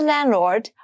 Landlord